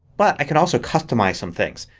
but i can also customize some things.